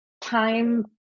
time